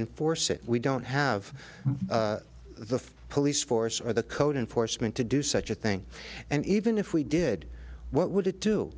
enforce it we don't have the police force or the code enforcement to do such a thing and even if we did what would it do